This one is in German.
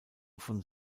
von